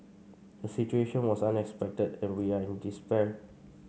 the situation was unexpected and we are in despair